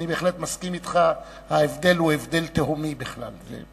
אני בהחלט מסכים אתך, ההבדל הוא הבדל תהומי בכלל.